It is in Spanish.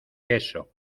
queso